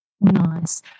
Nice